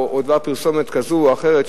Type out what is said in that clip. או דבר פרסומת כזו או אחרת,